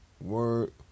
word